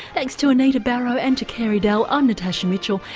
thanks to anita barraud and to carey dell, i'm natasha mitchell,